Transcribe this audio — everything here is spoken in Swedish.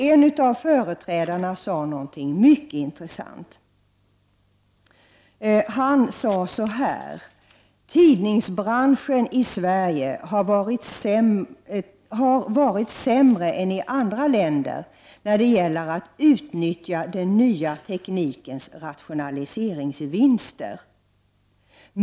En av företrädarna sade något mycket intressant, nämligen följande: ”Tidningsbranschen i Sverige har varit sämre än i andra länder när det gäller att utnyttja den nya teknikens rationaliseringsvinster.